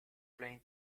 plane